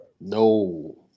No